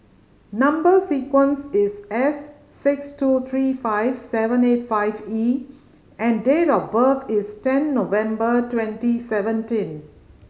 number sequence is S six two three five seven eight five E and date of birth is ten November twenty seventeen